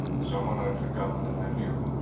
someone i'd forgotten that i knew.